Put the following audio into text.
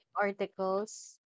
articles